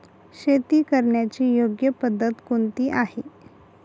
शेती करण्याची योग्य पद्धत कोणती आहे?